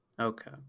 Okay